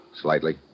Slightly